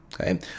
Okay